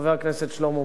חבר הכנסת שלמה מולה.